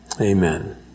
Amen